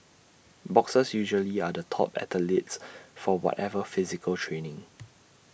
boxers usually are the top athletes for whatever physical training